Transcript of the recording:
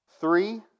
Three